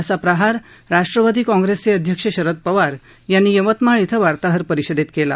असा प्रहार राष्ट्रवादी काँग्रेसचे अध्यक्ष शरद पवार यांनी यवतमाळ इथं वार्ताहर परिषदेत केला